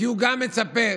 תודה.